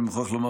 אני מוכרח לומר,